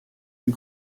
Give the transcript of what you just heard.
and